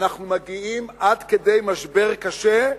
אנחנו מגיעים עד כדי משבר קשה,